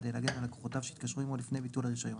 כדי להגן על לקוחותיו שהתקשרו עימו לפני ביטול הרישיון.